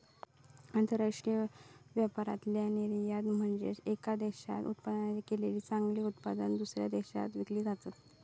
आंतरराष्ट्रीय व्यापारातला निर्यात म्हनजे येका देशात उत्पादित केलेली चांगली उत्पादना, दुसऱ्या देशात विकली जातत